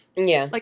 yeah, like